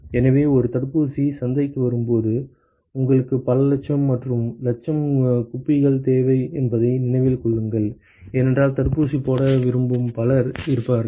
எனவே ஒரு தடுப்பூசி சந்தைக்கு வரும்போது உங்களுக்கு பல லட்சம் மற்றும் லட்சம் குப்பிகள் தேவை என்பதை நினைவில் கொள்ளுங்கள் ஏனென்றால் தடுப்பூசி போட விரும்பும் பலர் இருப்பார்கள்